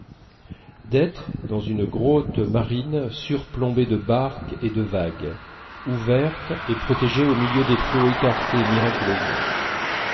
d'être dans une grotte marine surplombée de barques et de vagues ouverte et protégée au milieu des flots écartés miraculeusement